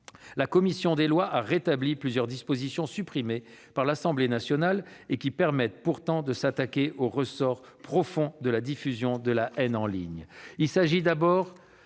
La commission des lois a en outre rétabli plusieurs dispositions qui, supprimées par l'Assemblée nationale, permettent pourtant de s'attaquer aux ressorts profonds de la diffusion de la haine en ligne.